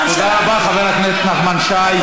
תודה רבה, חבר הכנסת נחמן שי.